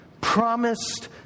promised